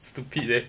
stupid leh